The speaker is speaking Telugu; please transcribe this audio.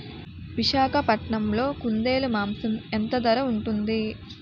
విశాఖపట్నంలో కుందేలు మాంసం ఎంత ధర ఉంటుంది?